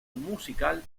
musical